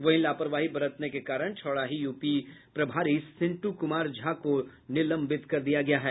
वहीं लापरवाही बरतने के कारण छौड़ाही ओपी प्रभारी सींटू कुमार झा को निलंबित कर दिया गया है